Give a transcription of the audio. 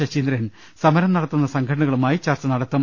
ശശീന്ദ്രൻ സമരം നടത്തുന്ന് സംഘടനകളുമായി ചർച്ചു നടത്തും